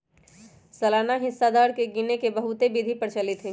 सालाना हिस्सा दर के गिने के बहुते विधि प्रचलित हइ